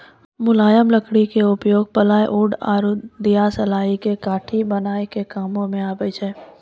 मुलायम लकड़ी के उपयोग प्लायउड आरो दियासलाई के काठी बनाय के काम मॅ आबै छै